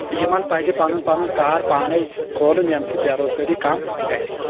یِمن پزِ پنُن پنُن کار پانے کھولُن ییمہِ سۭتۍ بیٚروزگٲری کم گژھہِ